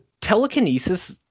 telekinesis